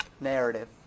narrative